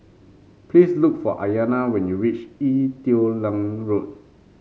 please look for Aiyana when you reach Ee Teow Leng Road